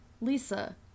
Lisa